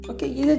Okay